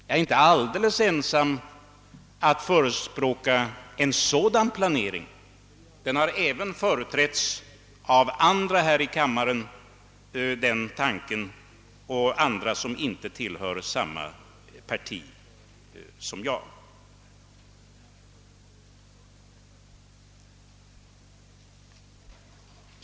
Jag är inte alldeles ensam om att förespråka en sådan planering, ty denna tanke har även uttryckts av ledamöter i denna kammare som inte tillhör mitt parti.